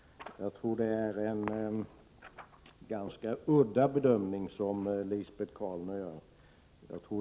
Jag tror att det är en ganska udda bedömning som Lisbet Calner gör.